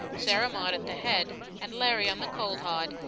sarah maud at the head and larry on the coal-hod,